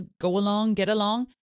go-along-get-along